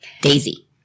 Daisy